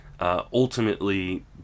Ultimately